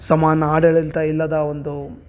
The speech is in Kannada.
ಸಮಾನ ಆಡಳಿತ ಇಲ್ಲದ ಒಂದು